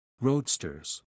Roadsters